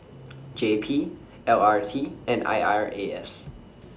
J P L R T and I R A S